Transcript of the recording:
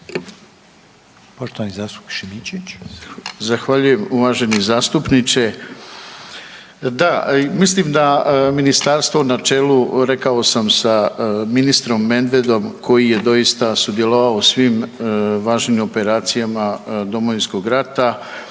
Poštovani zastupnik Šimičević.